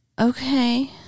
Okay